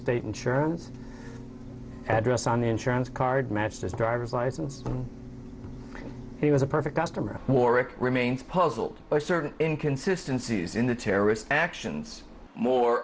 allstate insurance address on the insurance card matched his driver's license and he was a perfect customer warrick remains puzzled by certain inconsistency in the terrorist actions more